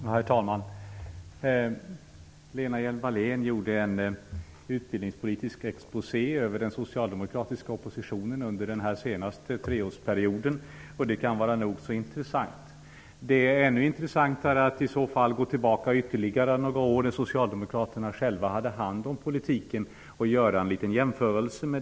Herr talman! Lena Hjelm-Wallén gjorde en utbildningspolitisk exposé över den socialdemokratiska oppositionen under den senaste treårsperioden. Det kan vara nog så intressant. Det är i så fall ännu intressantare att gå tillbaka ytterligare några år när socialdemokraterna själva hade hand om politiken och göra en jämförelse.